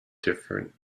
different